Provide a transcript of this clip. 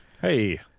Hey